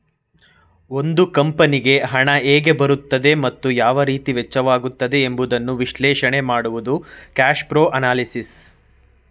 ಒಂದು ಕಂಪನಿಗೆ ಹಣ ಹೇಗೆ ಬರುತ್ತದೆ ಮತ್ತು ಯಾವ ರೀತಿ ವೆಚ್ಚವಾಗುತ್ತದೆ ಎಂಬುದನ್ನು ವಿಶ್ಲೇಷಣೆ ಮಾಡುವುದು ಕ್ಯಾಶ್ಪ್ರೋ ಅನಲಿಸಿಸ್